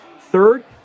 Third